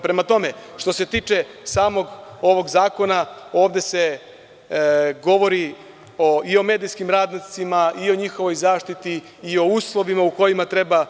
Prema tome, što se tiče samog ovog zakona, ovde se govori i o medijskim radnicima i o njihovoj zaštiti i o uslovima u kojima treba